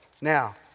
Now